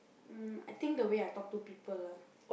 mm I think the way I talk to people lah